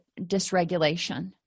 dysregulation